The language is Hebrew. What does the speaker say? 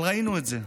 אבל ראינו את זה.